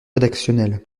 rédactionnelle